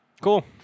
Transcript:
Cool